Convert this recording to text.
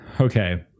Okay